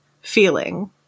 feeling